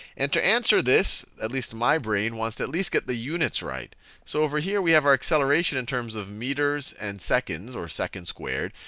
and to answer this, at least my brain wants to at least get the units right. so over here we have our acceleration in terms of meters and seconds, or seconds squared.